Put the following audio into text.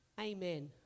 Amen